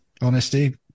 honesty